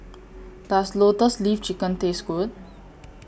Does Lotus Leaf Chicken Taste Good